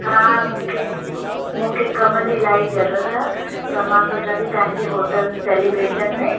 हा हा मूंखे मूंखे कम जी इलाही ज़रूरत आहे त मां सोचां थू तांजी होटल सेलिब्रेशन में